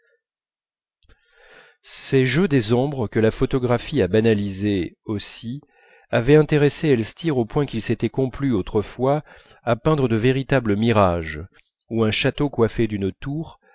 ces jeux des ombres que la photographie a banalisés aussi avaient intéressé elstir au point qu'il s'était complu autrefois à peindre de véritables mirages où un château coiffé d'une tour